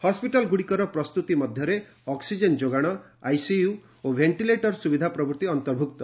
ହସ୍କିଟାଲ୍ଗୁଡ଼ିକର ପ୍ରସ୍ତୁତି ମଧ୍ୟରେ ଅକ୍ସିଜେନ୍ ଯୋଗାଣ ଆଇସିୟୁ ଓ ଭେଷ୍ଟିଲେଟର ସୁବିଧା ପ୍ରଭୂତି ଅନ୍ତର୍ଭୁକ୍ତ